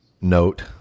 note